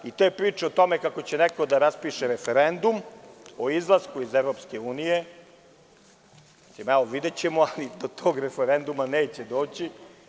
Te priče o tome kako će neko da raspiše referendum o izlasku iz EU, videćemo, ali do tog referenduma neće doći.